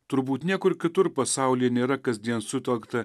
turbūt niekur kitur pasaulyje nėra kasdien sutelkta